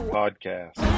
podcast